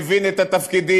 מבין את התפקידים,